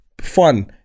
fun